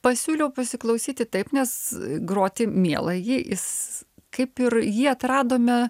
pasiūliau pasiklausyti taip nes groti mielai jį jis kaip ir jį atradome